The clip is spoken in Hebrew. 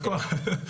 לוקח,